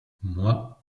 moi